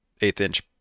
eighth-inch